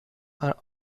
are